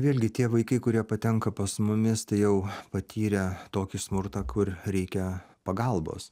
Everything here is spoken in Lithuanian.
vėlgi tie vaikai kurie patenka pas mumis tai jau patyrę tokį smurtą kur reikia pagalbos